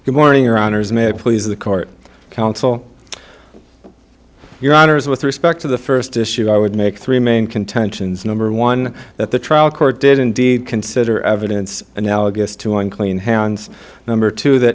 good morning or honors may please the court counsel your honor is with respect to the first issue i would make three main contentions number one that the trial court did indeed consider evidence analogous to unclean hands number two that